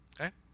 Okay